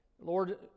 Lord